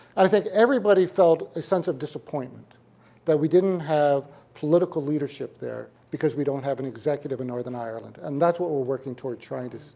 i think everybody felt sense of disappointment that we didn't have political leadership there, because we don't have an executive in northern ireland, and that's what we're working toward trying to,